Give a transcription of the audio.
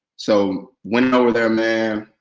so went over there man,